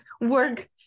work